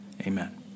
amen